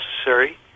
necessary